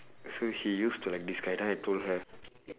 so she used to like this guy then I told her